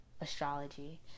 astrology